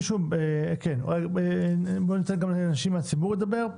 בואו ניתן גם לאנשים מהציבור לדבר.